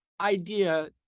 idea